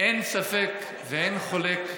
אין ספק ואין חולק,